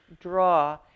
draw